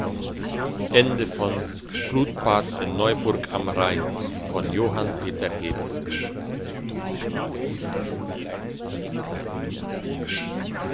in neuburg am rhein